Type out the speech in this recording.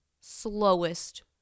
slowest